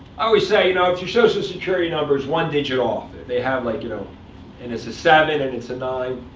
i always say, you know, if your social security number is one digit off if they have, like, you know, and it's a seven, and it's a nine,